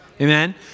Amen